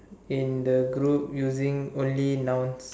in the group using only nouns